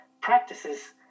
practices